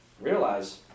realize